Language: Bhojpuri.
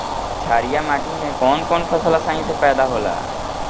छारिया माटी मे कवन कवन फसल आसानी से पैदा होला?